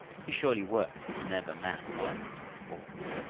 he surely worked as never man worked before.